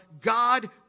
God